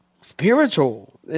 spiritual